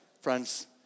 friends